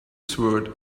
sword